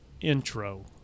intro